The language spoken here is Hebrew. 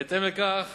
בהתאם לכך